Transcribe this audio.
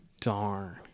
Darn